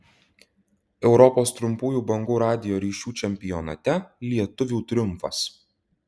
europos trumpųjų bangų radijo ryšių čempionate lietuvių triumfas